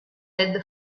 head